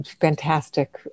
fantastic